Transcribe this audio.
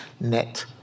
Net